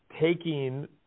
taking